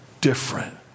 different